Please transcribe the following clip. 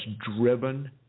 driven